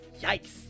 Yikes